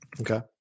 Okay